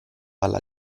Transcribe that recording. alla